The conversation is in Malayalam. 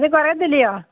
അതിൽ കുറയത്തില്ലെയോ